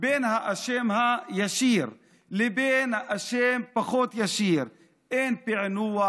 בין שהאשם ישיר ובין שהאשם פחות-ישיר אין פענוח,